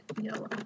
yellow